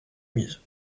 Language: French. mise